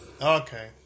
Okay